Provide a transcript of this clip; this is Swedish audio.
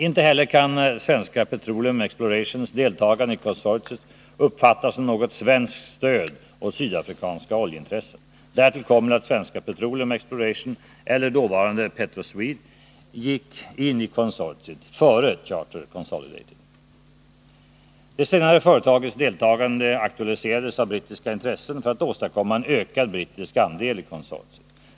Inte heller kan Svenska Petroleum Explorations deltagande i konsortiet uppfattas som något svenskt stöd åt sydafrikanska oljeintressen. Därtill kommer att Svenska Petroleum Exploration, eller dåvarande Petroswede, Det senare företagets deltagande aktualiserades av brittiska intressen för att åstadkomma en ökad brittisk andel i konsortiet.